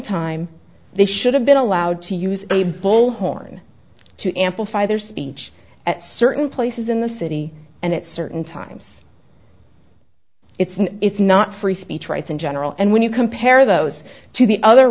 time they should have been allowed to use a bullhorn to amplify their speech at certain places in the city and it certain times it's an it's not free speech rights in general and when you compare those to the other